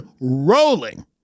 rolling